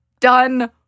done